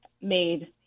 made